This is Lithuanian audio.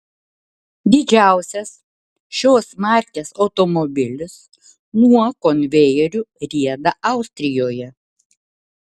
didžiausias šios markės automobilis nuo konvejerių rieda austrijoje